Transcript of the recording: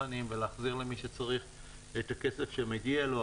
הצרכניים ולהחזיר למי שצריך את הכסף שמגיע לו,